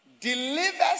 delivers